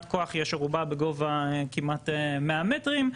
הכוח יש ארובה בגובה כמעט 100 מטרים,